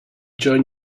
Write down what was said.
join